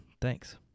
Thanks